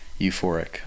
euphoric